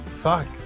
Fuck